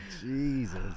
Jesus